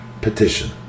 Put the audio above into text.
petition